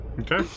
Okay